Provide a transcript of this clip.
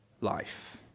life